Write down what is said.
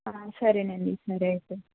సరే అండి సరే అయితే